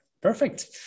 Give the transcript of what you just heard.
perfect